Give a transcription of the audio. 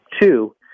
Two